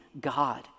God